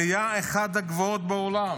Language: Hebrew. עלייה אחת הגבוהות בעולם,